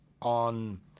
on